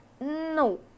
No